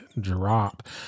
drop